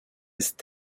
ist